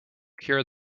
cure